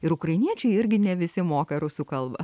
ir ukrainiečiai irgi ne visi moka rusų kalbą